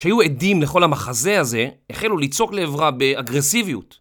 שהיו עדים לכל המחזה הזה, החלו לצעוק לעברה באגרסיביות.